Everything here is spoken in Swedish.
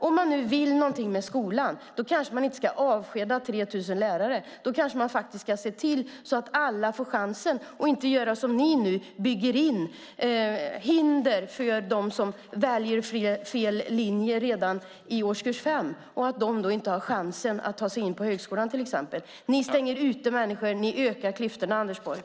Om man nu vill någonting med skolan kanske man inte ska avskeda 3 000 lärare. Då kanske man ska se till att alla får chansen, och inte göra som ni när ni nu bygger in hinder för dem som väljer fel linje redan i årskurs 5 och inte har chansen att ta sig in på högskolan. Ni stänger ute människor. Ni ökar klyftorna, Anders Borg.